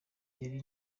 yari